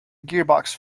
gearbox